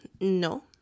No